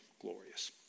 glorious